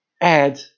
add